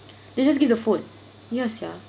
they just give the food you know sia